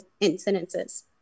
incidences